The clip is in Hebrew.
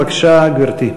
בבקשה, גברתי.